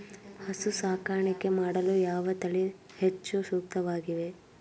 ಹಸು ಸಾಕಾಣಿಕೆ ಮಾಡಲು ಯಾವ ತಳಿ ಹೆಚ್ಚು ಸೂಕ್ತವಾಗಿವೆ?